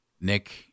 Nick